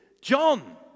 John